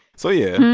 so yeah